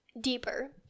deeper